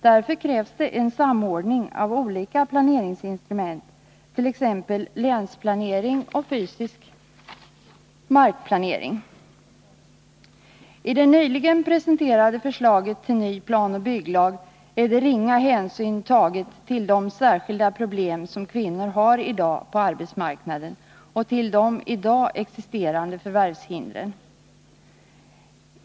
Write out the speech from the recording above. Därför krävs det en samordning av olika planeringsinstrument, t.ex. länsplanering och fysisk markplanering. I det nyligen presenterade förslaget till ny planoch bygglag är det ringa hänsyn tagen till de särskilda problem som kvinnor i dag har på arbetsmarknaden och till de nu existerande förvärvshindren.